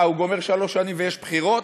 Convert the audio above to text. מה, הוא גומר שלוש שנים ויש בחירות?